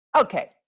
Okay